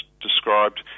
described